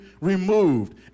removed